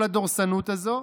כל הדורסנות הזאת,